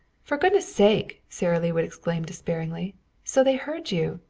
for goodness' sake, sara lee would exclaim despairingly so they heard you!